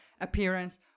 appearance